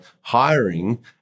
hiring